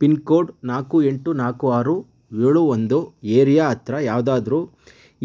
pin code ನಾಲ್ಕು ಎಂಟು ನಾಲ್ಕು ಆರು ಏಳು ಒಂದು ಏರಿಯಾ ಹತ್ತಿರ ಯಾವುದಾದ್ರೂ